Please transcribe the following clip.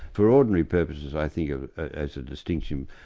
for ordinary purposes i think of it as a distinction,